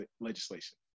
legislation